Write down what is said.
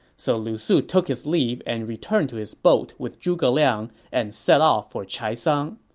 so lu su took his leave and returned to his boat with zhuge liang and set off for chaisang.